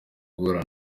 guhura